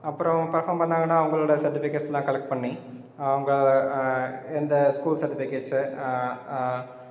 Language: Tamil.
அப்புறம் பர்ஃபார்ம் பண்ணாங்கன்னால் அவங்களோட சர்ட்டிஃபிக் கேட்ஸ்லாம் கலெக்ட் பண்ணி அவங்க எந்த ஸ்கூல் சர்ட்டிஃபிக்கேட்ஸு